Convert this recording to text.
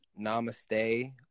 namaste